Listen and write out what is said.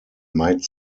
might